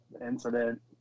incident